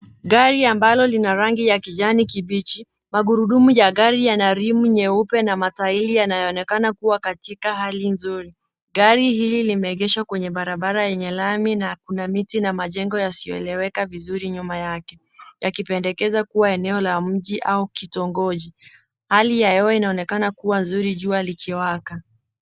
Gari ambalo lina rangi ya kijani kibichi. Magurudumu ya gari yana rimu nyeupe na matairi yanayoonekana kuwa katika hali nzuri. Gari hili limeegeshwa kwenye barabara yenye lami na kuna miti na majengo yasiyoeleweka vizuri nyuma yake, yakipendekeza kuwa eneo ni la mji au kitongoji. Hali ya hewa inaonekana kuwa nzuri, jua likiwaka.